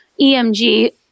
EMG